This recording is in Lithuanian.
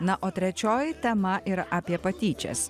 na o trečioji tema ir apie patyčias